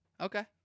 Okay